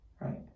Right